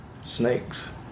snakes